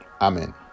Amen